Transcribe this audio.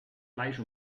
fleisch